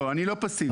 לא אני לא פסיבי.